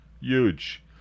huge